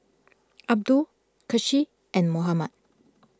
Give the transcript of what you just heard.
Abdul Kasih and Muhammad